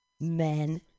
Men